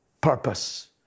purpose